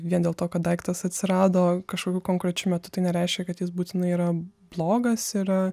vien dėl to kad daiktas atsirado kažkokiu konkrečiu metu tai nereiškia kad jis būtinai yra blogas yra